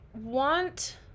want